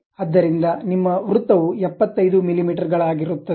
ಆದ್ದರಿಂದ ನಿಮ್ಮ ವೃತ್ತವು 75 ಮಿಲಿಮೀಟರ್ಗಳಾಗಿರುತ್ತದೆ